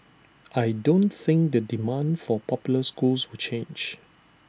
I don't think the demand for popular schools will change